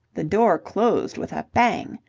the door closed with a bang.